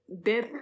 death